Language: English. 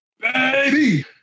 Baby